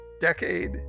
decade